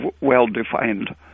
well-defined